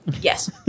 yes